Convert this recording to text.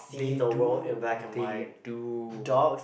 they do they do